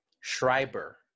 Schreiber